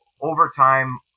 overtime